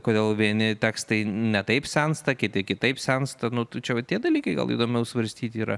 kodėl vieni tekstai ne taip sensta kiti kitaip sensta tai va čia tie dalykai gal įdomiau svarstyti yra